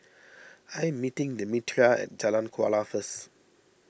I am meeting Demetria at Jalan Kuala first